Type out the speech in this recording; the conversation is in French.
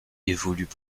évoluent